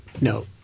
No